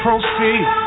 proceed